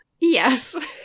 Yes